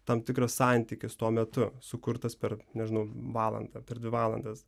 tam tikras santykis tuo metu sukurtas per nežinau valandą per dvi valandas